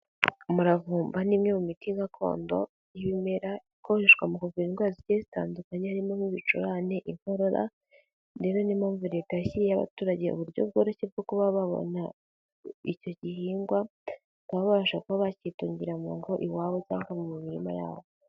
Umuravumba ni imwe mu miti gakondo y'ibimera ikoreshwa mu ku kuvura indwara zigiye zitandukanye harimo ibicurane, inkorora ndetse ni n'impamvu leta yashyiriye abaturage uburyo bworoshye bwo kuba babona icyo gihingwa, ba basha kuba bakitungira mu ngo iwabo cyangwa mu mirima y'abo.